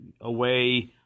away